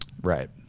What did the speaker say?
Right